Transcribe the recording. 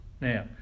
Now